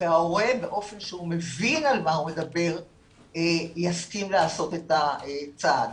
וההורה באופן שהוא מבין על מה הוא מדבר יסכים לעשות את הצעד.